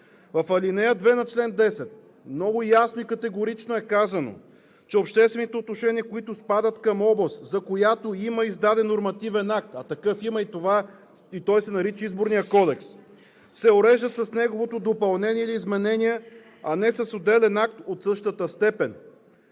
В ал. 2 на чл. 10 много ясно и категорично е казано, че обществените отношения, които спадат към област, за която има издаден нормативен акт, а такъв има, и той се нарича Изборен кодекс, се урежда с неговото допълнение или изменение, а не с отделен акт от същата степен.